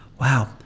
Wow